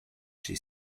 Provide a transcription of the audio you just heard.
she